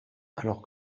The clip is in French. alors